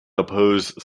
opposed